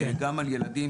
גם על ילדים